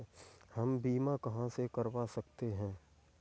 हम बीमा कहां से करवा सकते हैं?